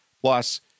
Plus